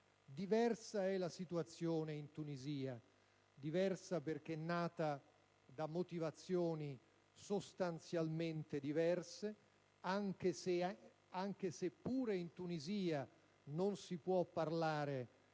Diversa è la situazione in Tunisia, perché nata da motivazioni sostanzialmente differenti, anche se pure in quel Paese non si può parlare